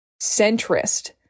centrist